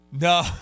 No